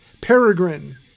Peregrine